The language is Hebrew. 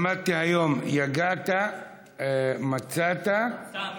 למדתי היום: יגעת, מצאת, תאמין.